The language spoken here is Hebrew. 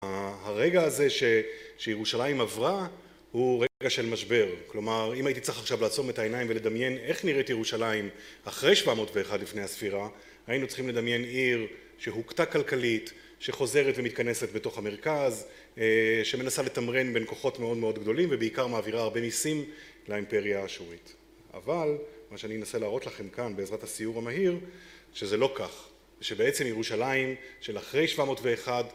הרגע הזה שירושלים עברה הוא רגע של משבר כלומר אם הייתי צריך עכשיו לעצום את העיניים ולדמיין איך נראית ירושלים אחרי שבע מאות ואחד לפני הספירה היינו צריכים לדמיין עיר שהוכתה כלכלית שחוזרת ומתכנסת בתוך המרכז שמנסה לתמרן בין כוחות מאוד מאוד גדולים ובעיקר מעבירה הרבה ניסים לאימפריה האשורית אבל מה שאני אנסה להראות לכם כאן בעזרת הסיור המהיר שזה לא כך שבעצם ירושלים של אחרי שבע מאות ואחד